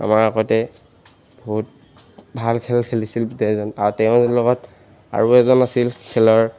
আমাৰ আগতে বহুত ভাল খেল খেলিছিলে এজন আৰু তেওঁৰ লগত আৰু এজন আছিল খেলৰ